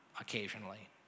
occasionally